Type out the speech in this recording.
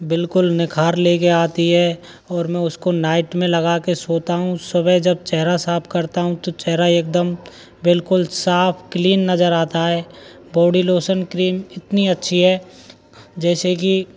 बिल्कुल निखार ले कर आती है और मैं उसको नाइट में लगा कर सो जाता हूँ सुबह जब चेहरा साफ करता हूँ तो चेहरा एकदम बिल्कुल साफ क्लीन नज़र आता है बॉडी लोसन क्रीम इतनी अच्छी है जैसे कि